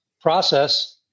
process